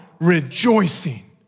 rejoicing